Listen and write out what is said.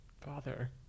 Father